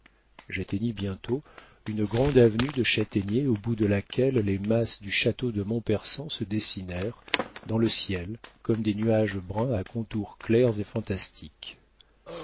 j'atteignis bientôt une grande avenue de châtaigniers au bout de laquelle les masses du château de montpersan se dessinèrent dans le ciel comme des nuages bruns à contours clairs et fantastiques